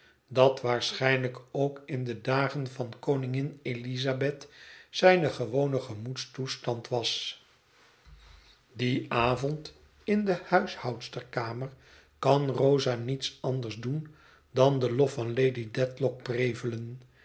dat waarschijnlijk ook in de dagen van koningin elizabeth zijn gewone gemoedstoestand was dien avond in de huishoudsterskamer kan rosa niets anders doen dan den lof van lady dedlock prevelen